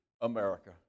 America